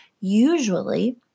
usually